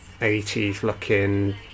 80s-looking